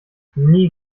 nie